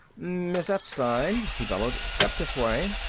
miss epstein! he bellowed, step this way!